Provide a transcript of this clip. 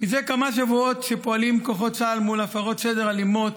מזה כמה שבועות שפועלים כוחות צה"ל מול הפרות סדר אלימות